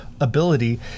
ability